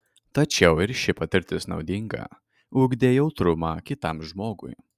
tačiau ir ši patirtis naudinga ugdė jautrumą kitam žmogui